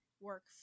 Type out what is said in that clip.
work